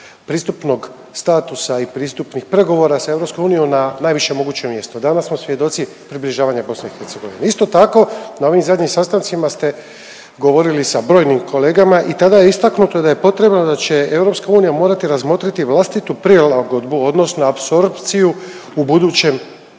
pristupnog statusa i pristupnih pregovora s EU na najvišem mogućem mjestu. Danas smo svjedoci približavanja BiH. Isto tako na ovim zadnjim sastancima ste govorili sa brojnim kolegama i tada je istaknuto da je potrebno da će EU morati razmotriti vlastitu prilagodbu odnosno apsorpciju u budućem